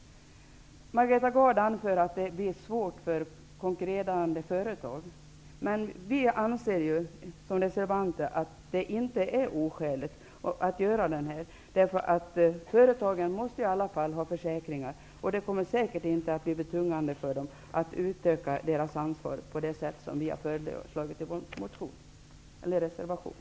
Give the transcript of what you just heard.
Margareta Gard anför att det kommer att bli svårt för konkurrerande företag. Vi anser som reservanter att detta förslag inte är oskäligt. Företagen måste i alla fall ha försäkringar, och det kommer säkert inte att bli betungande för dem att utöka sitt ansvar på det sätt vi har föreslagit i vår reservation.